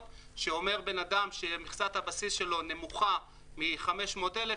שאומר שאדם שמכסת הבסיס שלו נמוכה מ-500 אלף,